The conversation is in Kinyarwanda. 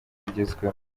bigezweho